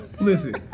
Listen